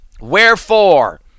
Wherefore